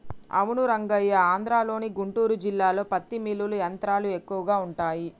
అవును రంగయ్య ఆంధ్రలోని గుంటూరు జిల్లాలో పత్తి మిల్లులు యంత్రాలు ఎక్కువగా ఉంటాయి